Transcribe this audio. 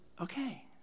Okay